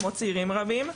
כמו צעירים רבים,